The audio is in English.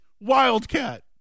wildcat